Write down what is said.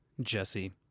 Jesse